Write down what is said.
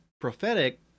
prophetic